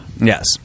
Yes